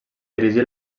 dirigí